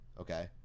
okay